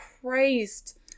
christ